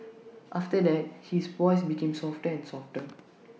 after that his voice became softer and softer